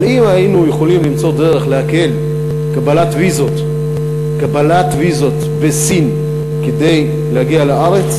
אבל אם היינו יכולים למצוא דרך להקל קבלת ויזות בסין כדי להגיע לארץ,